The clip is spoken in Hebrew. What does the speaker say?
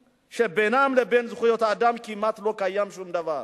שבינם לבין זכויות אדם כמעט לא קיים שום דבר,